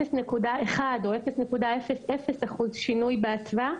0.1% או 0.01% שינוי באצווה,